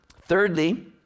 Thirdly